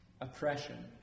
oppression